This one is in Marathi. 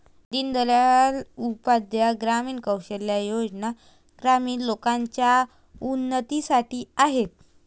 दीन दयाल उपाध्याय ग्रामीण कौशल्या योजना ग्रामीण लोकांच्या उन्नतीसाठी आहेत